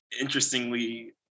interestingly